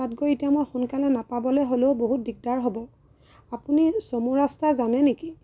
তাত গৈ এতিয়া মই সোনকালে নাপাবলৈ হ'লেও বহুত দিগদাৰ হ'ব আপুনি চমু ৰাস্তা জানে নেকি